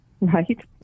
Right